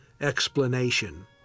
explanation